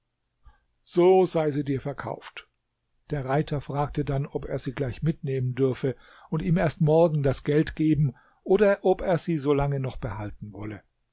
so sei sie dir verkauft der reiter fragte dann ob er sie gleich mitnehmen dürfe und ihm erst morgen das geld geben oder ob er sie solange noch behalten wolle